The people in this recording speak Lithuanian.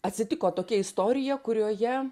atsitiko tokia istorija kurioje